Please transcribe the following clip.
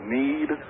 need